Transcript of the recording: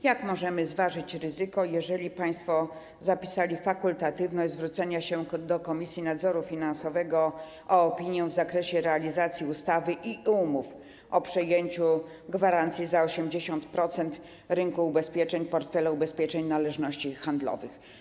Jak możemy zważyć ryzyko, jeżeli państwo zapisali fakultatywność zwrócenia się do Komisji Nadzoru Finansowego o opinię w zakresie realizacji ustawy i umów o przejęciu gwarancji za 80% rynku ubezpieczeń, portfela ubezpieczeń, należności handlowych?